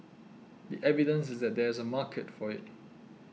the evidence is there that there is a market for it